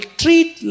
treat